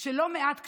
של לא מעט קשיים,